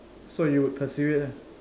so you will pursue it lah